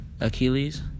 Achilles